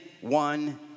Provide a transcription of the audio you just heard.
one